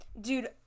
Dude